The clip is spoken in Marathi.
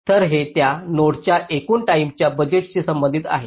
तर हे त्या नोडच्या एकूण टाईमच्या बजेटशी संबंधित आहे